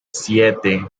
siete